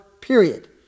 period